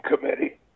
committee